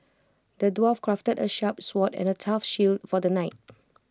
the dwarf crafted A sharp sword and A tough shield for the knight